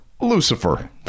Lucifer